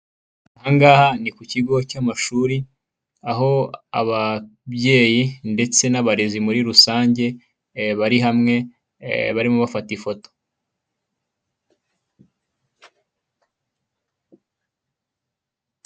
Aha ngaha ni ku kigo cy'amashuri, aho ababyeyi ndetse n'abarezi muri rusange, bari hamwe barimo bafata ifoto.